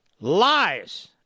lies